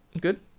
good